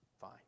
fine